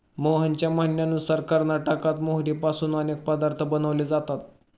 मोहनच्या म्हणण्यानुसार कर्नाटकात मोहरीपासून अनेक पदार्थ बनवले जातात